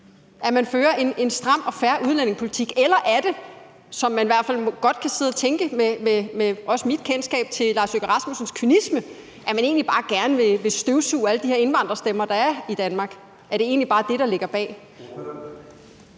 at man fører en stram og fair udlændingepolitik? Eller er det sådan – og det kan jeg godt sidde og tænke med mit kendskab til udenrigsministerens kynisme – at man egentlig bare gerne vil støvsuge alle de her indvandrerstemmer, der er i Danmark? Er det egentlig bare det, der ligger bag?